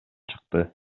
чыкты